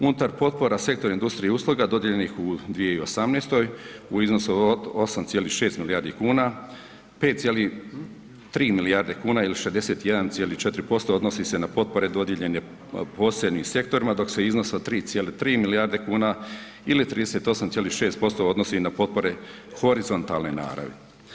Unutar potpora sektor industrija i usluga dodijeljenih u 2018. u iznosu od 8,6 milijardi kuna 5,3 milijarde kuna ili 61,4% odnosi se na potpore dodijeljene posebnim sektorima dok se iznos od 3,3 milijarde kuna ili 38,6% odnosi na potpore horizontalne naravi.